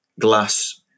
glass